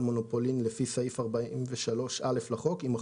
מונופולין לפי סעיף 43(א) לחוק" יימחקו.